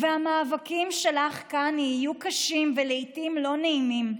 והמאבקים שלך כאן יהיו קשים ולעיתים לא נעימים.